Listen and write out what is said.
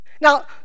Now